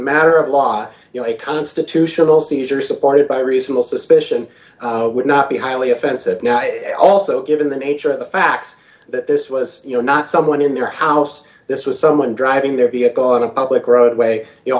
matter of law you know a constitutional d seizure supported by reasonable suspicion would not be highly offensive also given the nature of the facts that this was you know not someone in their house this was someone driving their vehicle on a public roadway you